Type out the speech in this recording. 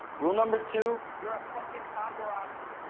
rule number two, you're a fucking paparazzi.